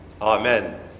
Amen